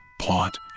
plot